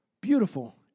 beautiful